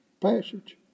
passage